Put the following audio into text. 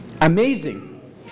Amazing